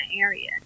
area